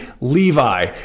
Levi